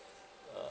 uh